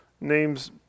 names